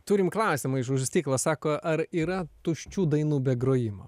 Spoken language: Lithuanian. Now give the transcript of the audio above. turim klausimą iš už stiklo sako ar yra tuščių dainų be grojimo